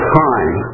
time